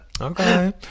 Okay